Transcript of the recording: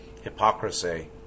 hypocrisy